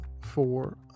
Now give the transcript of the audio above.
four